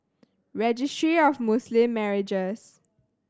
Registry of Muslim Marriages